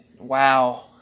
wow